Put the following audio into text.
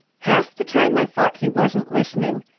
half the time i thought he wasn't listening,